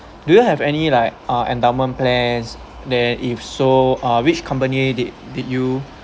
do you have any like ah endowment plans there if so ah which company did did you